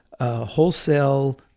wholesale